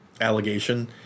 allegation